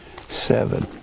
Seven